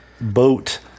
boat